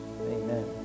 Amen